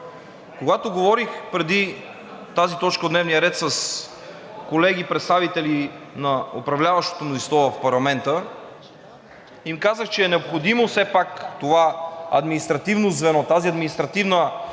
Когато говорих преди тази точка от дневния ред с колеги – представители на управляващото мнозинство в парламента, им казах, че е необходимо все пак това административно звено, тази административна структура,